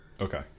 Okay